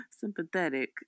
sympathetic